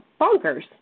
bonkers